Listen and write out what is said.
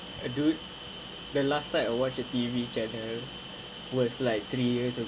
eh dude the last night I watch a T_V channel was like three years ago